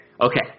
okay